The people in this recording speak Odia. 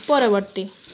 ପରବର୍ତ୍ତୀ